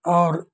और